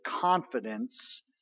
confidence